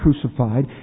crucified